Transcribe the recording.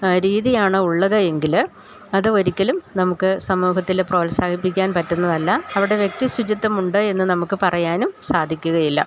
രീതിയാണ് ഉള്ളത് എങ്കില് അത് ഒരിക്കലും നമുക്ക് സമൂഹത്തില് പ്രോത്സാഹിപ്പിക്കാൻ പറ്റുന്നതല്ല അവിടെ വ്യക്തി ശുചിത്വമുണ്ട് എന്ന് നമുക്ക് പറയാനും സാധിക്കുകയില്ല